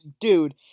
dude